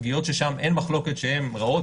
פגיעות ששם אין מחלוקת שהן רעות,